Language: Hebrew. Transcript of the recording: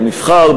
הוא נבחר,